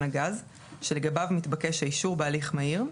הגז שלגביו מתבקש האישור בהליך מהיר,